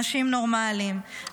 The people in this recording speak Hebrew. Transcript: אנשים נורמליים,